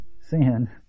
sin